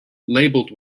labelled